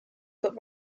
but